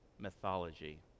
mythology